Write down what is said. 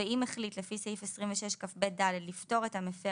ואם החליט לפי סעיף 26כב(ד) לפטור את המפר